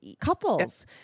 couples